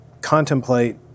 contemplate